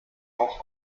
auch